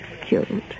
killed